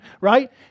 right